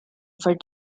for